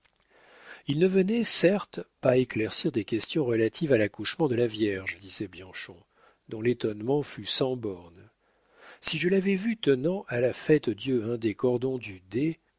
il ne venait certes pas éclaircir des questions relatives à l'accouchement de la vierge disait bianchon dont l'étonnement fut sans bornes si je l'avais vu tenant à la fête-dieu un des cordons du